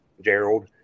Gerald